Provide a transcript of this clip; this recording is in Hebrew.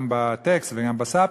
גם בטקסט וגם בסבטקסט,